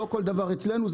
לא כל דבר אצלנו,